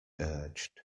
urged